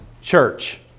church